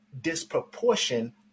disproportion